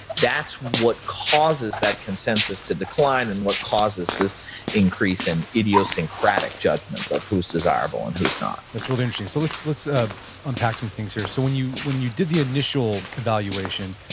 that's what causes that consensus to decline and what causes this increase in idiosyncratic judgments of who is desirable and who's not that's really interesting. so let's let's ah unpack some things here. so when you when you did the initial evaluation,